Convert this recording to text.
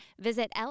visit